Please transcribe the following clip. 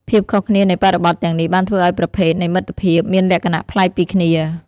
ភាពខុសគ្នានៃបរិបទទាំងនេះបានធ្វើឱ្យប្រភេទនៃមិត្តភាពមានលក្ខណៈប្លែកពីគ្នា។